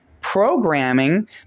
programming